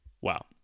Wow